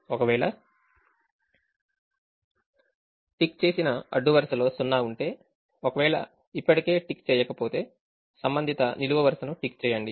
ఒకవేళ టిక్ చేసిన అడ్డు వరుసలో సున్నా ఉంటే ఒకవేళ ఇప్పటికే టిక్ చేయకపోతే సంబంధిత నిలువు వరుసను టిక్ చేయండి